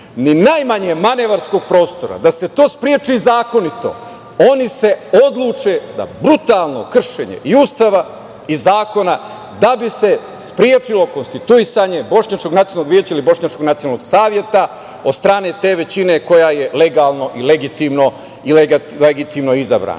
ni najmanjeg manevarskog prostora da se to spreči zakonito, oni se odluče na brutalno kršenje i Ustava i zakona da bi se sprečilo konstituisanje Bošnjačkog nacionalnog veća ili Bošnjačkog nacionalnog saveta od strane te većine koja je legalno i legitimno izabrana.